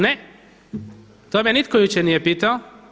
Ne, to me nitko jučer nije pitao.